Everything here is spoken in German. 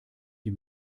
die